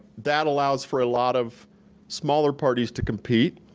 that allows for a lot of smaller parties to compete,